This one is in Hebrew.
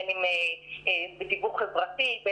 בין אם זה בתיווך חברתי,